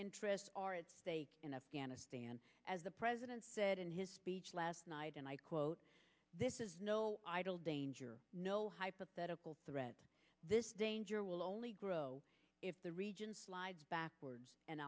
interests are at stake in afghanistan as the president said in his speech last night and i quote this is no idle danger no hypothetical threat this danger will only grow if the region slides backwards and